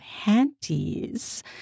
panties